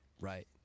Right